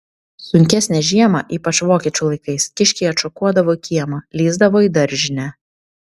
sunkesnę žiemą ypač vokiečių laikais kiškiai atšokuodavo į kiemą lįsdavo į daržinę